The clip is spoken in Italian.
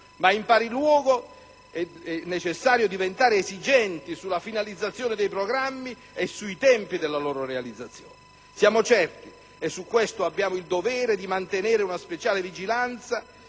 ma in pari luogo è necessario diventare esigenti sulla finalizzazione dei programmi e sui tempi della loro realizzazione. Siamo certi - e su questo abbiamo il dovere di mantenere una speciale vigilanza